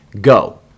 go